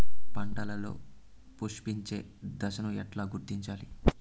పంటలలో పుష్పించే దశను ఎట్లా గుర్తించాలి?